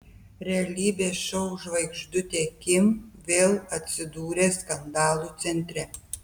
realybės šou žvaigždutė kim vėl atsidūrė skandalų centre